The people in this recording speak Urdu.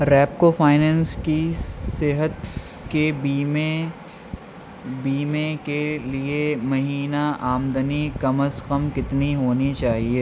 ریپکو فائننس کی صحت کے بیمے بیمے کے لیے مہینہ آمدنی کم از کم کتنی ہونی چاہیے